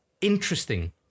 interesting